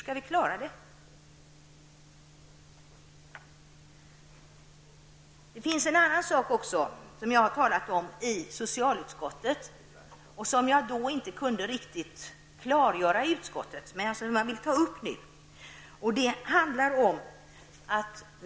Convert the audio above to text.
Jag talade i socialutskottet också om en annan sak som jag då inte riktigt kunde klargöra och därför vill ta upp även nu.